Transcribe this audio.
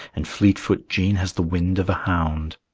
and fleetfoot jean has the wind of a hound.